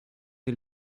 des